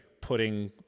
putting